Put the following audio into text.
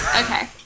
Okay